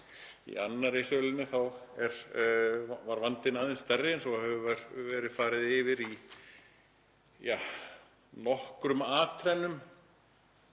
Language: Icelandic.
Í annarri sölunni var vandinn aðeins stærri eins og hefur verið farið yfir í nokkrum atrennum;